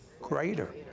greater